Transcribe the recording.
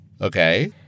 Okay